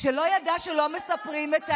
שלא ידע שלא מספרים את האמת,